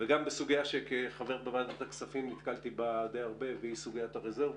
וגם בסוגיה שנתקלתי בה בשיבתי בוועדת הכספים והיא סוגיית הרזרבות.